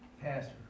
Pastor